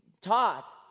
taught